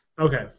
Okay